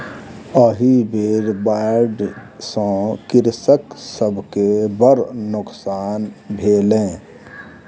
एहि बेर बाढ़ि सॅ कृषक सभ के बड़ नोकसान भेलै